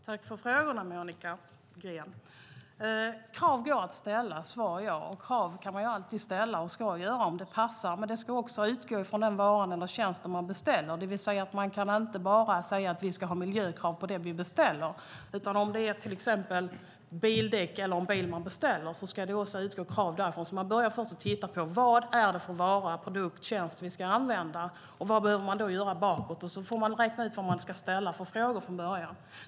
Herr talman! Tack för frågorna, Monica Green! Krav kan ställas. Svar ja. Krav kan och ska man alltid ställa om det passar. Men de ska också utgå från den vara eller tjänst man beställer. Man kan inte bara säga att det ska vara miljökrav på det som beställs. Om det är bildäck eller en bil som ska beställas ska kraven utgå från dem. Man får börja med att titta på vad det är för en vara, produkt eller tjänst som ska användas. Sedan får man se bakåt och räkna ut vilka frågor som ska ställas.